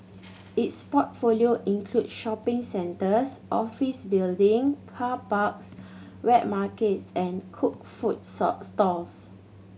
its portfolio includes shopping centres office building car parks wet markets and cooked food stalls